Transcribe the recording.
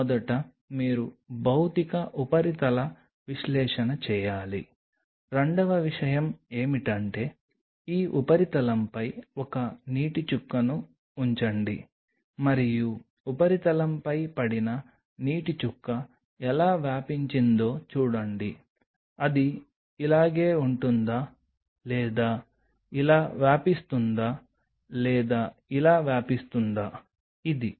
మొదట మీరు భౌతిక ఉపరితల విశ్లేషణ చేయాలి రెండవ విషయం ఏమిటంటే ఈ ఉపరితలంపై ఒక నీటి చుక్కను ఉంచండి మరియు ఉపరితలంపై పడిన నీటి చుక్క ఎలా వ్యాపించిందో చూడండి అది ఇలాగే ఉంటుందా లేదా ఇలా వ్యాపిస్తుందా లేదా ఇలా వ్యాపిస్తుందా ఇది